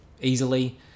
easily